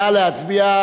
נא להצביע,